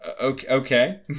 Okay